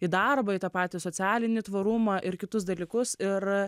į darbą į tą patį socialinį tvarumą ir kitus dalykus ir